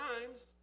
times